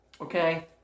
Okay